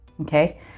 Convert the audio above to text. okay